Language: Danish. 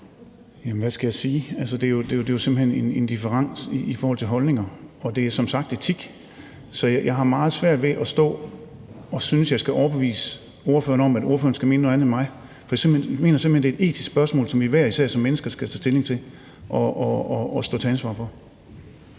Jamen hvad skal jeg sige? Det er jo simpelt hen en differens i forhold til holdninger. Det er som sagt etik. Så jeg har meget svært ved at synes, at jeg skal stå og overbevise ordføreren om at mene noget andet end mig. Jeg mener simpelt hen, det er et etisk spørgsmål, som vi hver især som mennesker skal tage stilling til og stå til ansvar for.